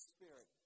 Spirit